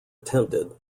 attempted